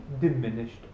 diminished